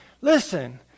Listen